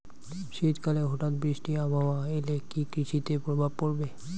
শীত কালে হঠাৎ বৃষ্টি আবহাওয়া এলে কি কৃষি তে প্রভাব পড়বে?